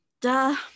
duh